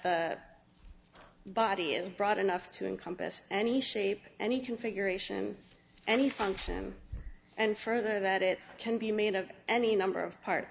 that body is broad enough to encompass any shape any configuration any function and further that it can be made of any number of part